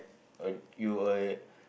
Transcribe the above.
on you uh